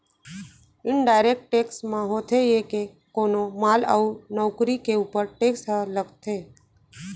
indirect tax म होथे ये के कोनो माल अउ नउकरी के ऊपर टेक्स ह लगथे